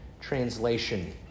translation